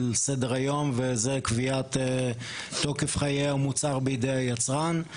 סדר היום וזה קביעת תוקף חיי המוצר בידי היצרן.